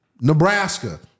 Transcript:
Nebraska